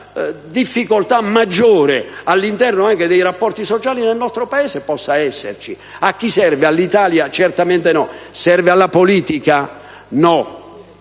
una difficoltà maggiore all'interno anche dei rapporti sociali nel nostro Paese possa esserci. A chi serve? All'Italia? Certamente no. Alla politica? No,